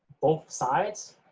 both sides,